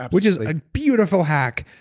which is a beautiful hack.